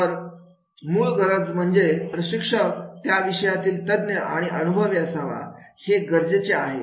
तर मूळ गरज म्हणजे प्रशिक्षक त्या विषयातील तज्ञ आणि अनुभवी असावा हे गरजेचे आहे